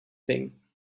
thing